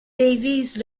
davies